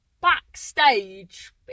backstage